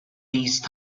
these